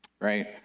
right